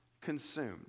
consumed